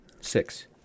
Six